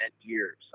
years